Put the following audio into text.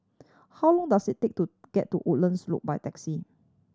how long does it take to get to Woodlands Loop by taxi